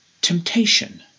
temptation